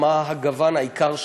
מה הם אומרים?